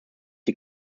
die